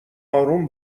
آروم